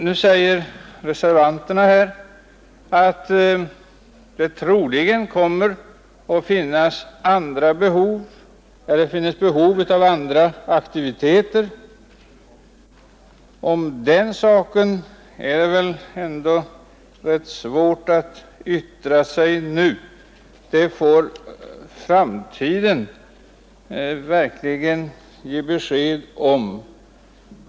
Nu säger reservanterna att det troligen kommer att finnas behov av andra aktiviteter. Om den saken är det väl ändå rätt svårt att yttra sig för närvarande — det får framtiden verkligen ge besked om.